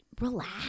relax